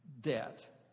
debt